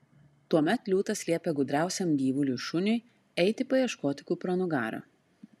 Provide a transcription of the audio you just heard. tuomet liūtas liepė gudriausiam gyvuliui šuniui eiti paieškoti kupranugario